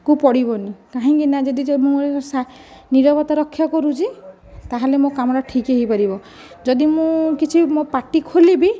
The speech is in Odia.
କୁ ପଡ଼ିବନି କାହିଁକିନା ଯଦି ଯେ ମୁଁ ନିରବତା ରକ୍ଷା କରୁଛି ତାହେଲେ ମୋ କାମଟା ଠିକରେ ହୋଇପାରିବ ଯଦି ମୁଁ କିଛି ମୋ ପାଟି ଖୋଲିବି